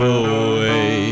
away